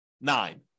nine